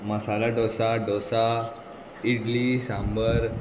masala dosa dosa idli sambar